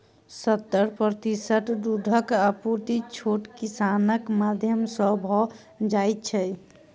सत्तर प्रतिशत दूधक आपूर्ति छोट किसानक माध्यम सॅ भ जाइत छै